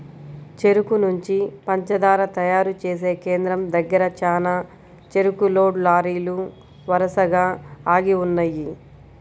చెరుకు నుంచి పంచదార తయారు చేసే కేంద్రం దగ్గర చానా చెరుకు లోడ్ లారీలు వరసగా ఆగి ఉన్నయ్యి